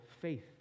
faith